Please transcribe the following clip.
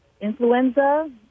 influenza